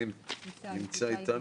איתי נמצא איתנו?